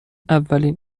اولین